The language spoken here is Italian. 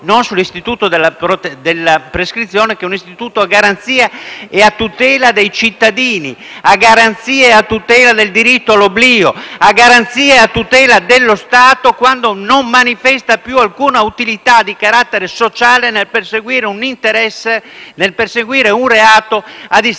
non sull'istituto della prescrizione che è un istituto a garanzia e a tutela dei cittadini, a garanzia e a tutela del diritto all'oblio, a garanzia e a tutela dello Stato quando non manifesta più alcuna utilità di carattere sociale nel perseguire un reato a distanza